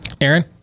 Aaron